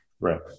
Right